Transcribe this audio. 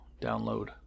download